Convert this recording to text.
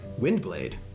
Windblade